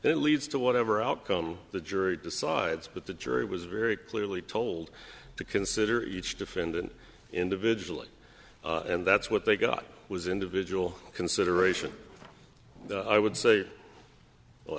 it leads to whatever outcome the jury decides but the jury was very clearly told to consider each defendant individually and that's what they got was individual consideration i would